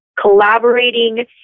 collaborating